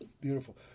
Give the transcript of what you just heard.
Beautiful